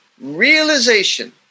realization